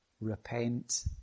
Repent